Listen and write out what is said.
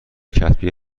کتبی